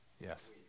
Yes